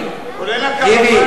150. כולל הקרוונים.